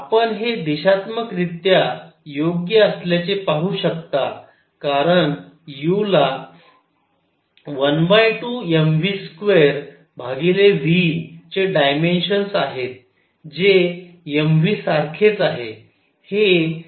आपण हे दिशात्मकरित्या योग्य असल्याचे पाहू शकता कारण u ला 12mv2vचे डायमेन्शन आहे जे mv सारखेच आहे